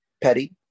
petty